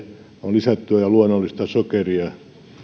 on lisättyä ja luonnollista sokeria